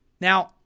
Now